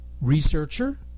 researcher